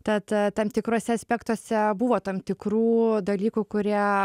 tad tam tikruose aspektuose buvo tam tikrų dalykų kurie